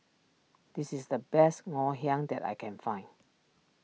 this is the best Ngoh Hiang that I can find